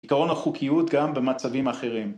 ‫עיקרון החוקיות גם במצבים אחרים.